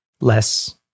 less